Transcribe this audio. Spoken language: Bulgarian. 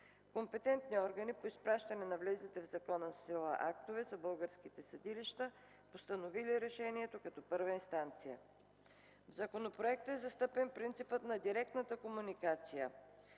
Компетентни органи по изпращане на влезлите в законна сила актове са българските съдилища, постановили решението като първа инстанция. В законопроекта е застъпен принципът на директната комуникация,